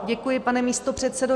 Děkuji, pane místopředsedo.